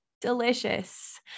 delicious